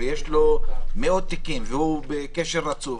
יש לו מאות תיקים והוא בקשר רצוף,